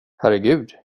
herregud